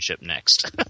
next